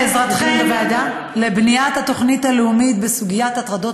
לעזרתכן לבניית התוכנית הלאומית בסוגיית הטרדות